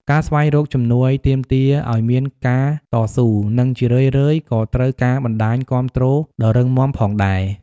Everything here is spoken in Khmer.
ការស្វែងរកជំនួយទាមទារឱ្យមានការតស៊ូ និងជារឿយៗក៏ត្រូវការបណ្តាញគាំទ្រដ៏រឹងមាំផងដែរ។